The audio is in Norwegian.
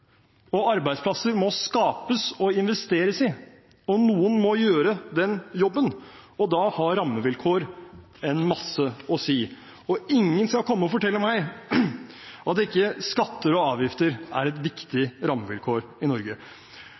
av arbeidsplasser. Arbeidsplasser må skapes og investeres i, og noen må gjøre den jobben. Da har rammevilkår masse å si. Ingen skal komme og fortelle meg at ikke skatter og avgifter er et viktig rammevilkår i Norge.